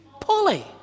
Polly